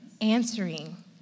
answering